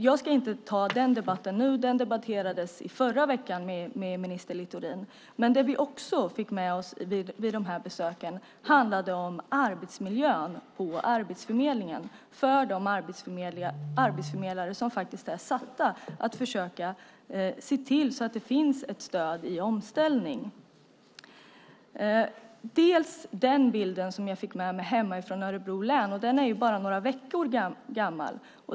Jag ska inte ta den debatten nu, för den fördes förra veckan med minister Littorin. Men jag vill säga att det vi också fick med oss från besöken är sådant som handlar om Arbetsförmedlingens arbetsmiljö för de arbetsförmedlare som faktiskt är satta att försöka se till att det finns ett stöd i omställningen. Den bild som jag fick med mig hemifrån Örebro län är bara några veckor gammal.